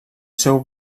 seu